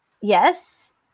Yes